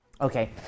Okay